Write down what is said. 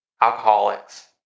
alcoholics